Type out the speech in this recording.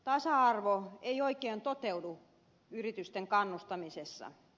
tasa arvo ei oikein toteudu yritysten kannustamisessa